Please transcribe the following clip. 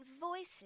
voices